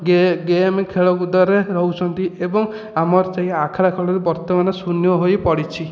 ଗେ ଗେମ୍ ଖେଳକୁଦରେ ରହୁଛନ୍ତି ଏବଂ ଆମର ସେହି ଆଖେଡ଼ା ଶାଳରୁ ବର୍ତ୍ତମାନ ଶୂନ୍ୟ ହୋଇପଡ଼ିଛି